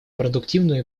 продуктивную